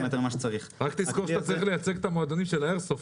שאתה צריך לייצג את המועדונים של איירסופט,